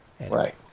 Right